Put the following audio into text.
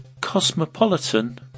Cosmopolitan